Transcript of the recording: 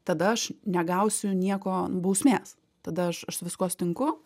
tada aš negausiu nieko bausmės tada aš aš su viskuo sutinku